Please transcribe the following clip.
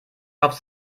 kauft